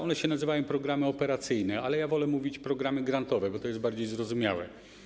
One się nazywają: programy operacyjne, ale ja wolę mówić: pogramy grantowe, bo to jest bardziej zrozumiałe.